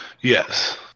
Yes